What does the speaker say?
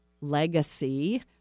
legacy